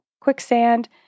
quicksand